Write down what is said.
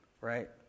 right